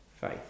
faith